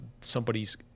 somebody's